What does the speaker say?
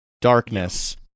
darkness